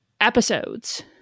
episodes